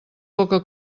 poca